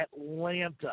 Atlanta